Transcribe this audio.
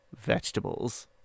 vegetables